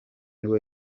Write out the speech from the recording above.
nibwo